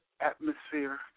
Atmosphere